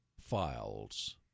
Files